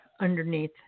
underneath